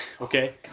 Okay